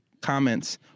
comments